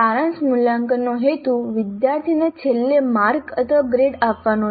સારાંશ મૂલ્યાંકનનો હેતુ વિદ્યાર્થીને છેલ્લે માર્ક અથવા ગ્રેડ આપવાનો છે